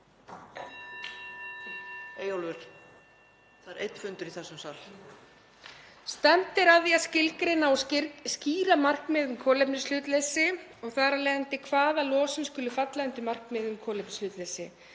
Það er einn fundur í þessum sal.) „Stefnt er að því að skilgreina og skýra markmið um kolefnishlutleysi og þar af leiðandi hvaða losun skuli falla undir markmið um kolefnishlutleysi.